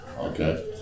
Okay